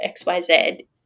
XYZ